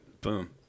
Boom